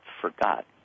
forgot